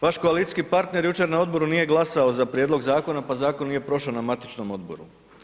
Vaš koalicijski partner jučer na odboru nije glasao za prijedlog zakona pa zakon nije prošao na matičnom odboru.